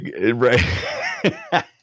Right